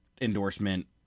endorsement